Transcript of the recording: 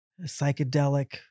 psychedelic